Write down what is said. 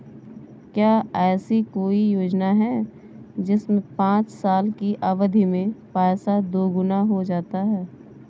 क्या ऐसी कोई योजना है जिसमें पाँच साल की अवधि में पैसा दोगुना हो जाता है?